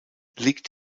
liegt